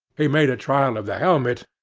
he made a trial of the helmet,